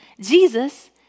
Jesus